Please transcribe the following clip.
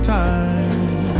time